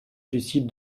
suicide